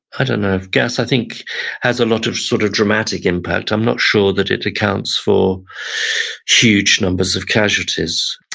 i don't know, gas i think has a lot of sort of dramatic impact, i'm not sure that it accounts for huge numbers of casualties.